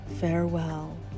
farewell